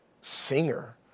singer